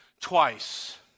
twice